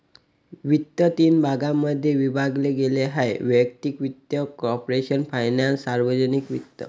वित्त तीन भागांमध्ये विभागले गेले आहेः वैयक्तिक वित्त, कॉर्पोरेशन फायनान्स, सार्वजनिक वित्त